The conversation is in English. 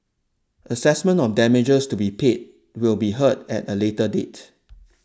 assessment of damages to be paid will be heard at a later date